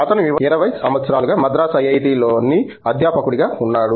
అతను 20 సంవత్సరాలుగా మద్రాసు ఐఐటిలోని అధ్యాపకుడిగా ఉన్నాడు